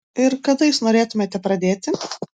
ir kada jūs norėtumėte pradėti